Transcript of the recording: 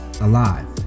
alive